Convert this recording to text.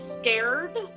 scared